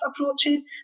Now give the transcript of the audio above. approaches